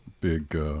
big